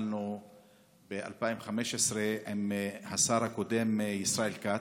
התחלנו ב-2015 עם השר הקודם ישראל כץ.